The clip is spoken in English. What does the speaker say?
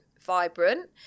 vibrant